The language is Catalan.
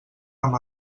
amb